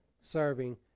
serving